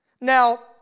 Now